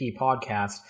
Podcast